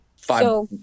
five